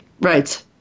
Right